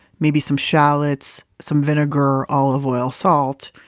maybe some shallots, some vinegar, olive oil, salt.